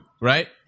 right